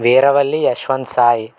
Veeravalli Yashwant Sai